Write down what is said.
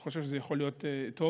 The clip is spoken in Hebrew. אני חושב שזה יכול להיות טוב,